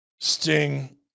Sting